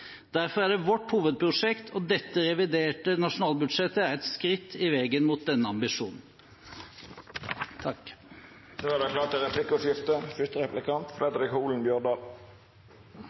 Derfor er det vårt hovedprosjekt, og dette reviderte nasjonalbudsjettet er et skritt på veien mot denne ambisjonen. Det vert replikkordskifte. Det